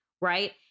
right